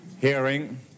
hearing